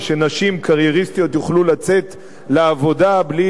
ושנשים קרייריסטיות יוכלו לצאת לעבודה בלי